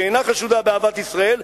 שאינה חשודה באהבת ישראל,